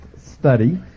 study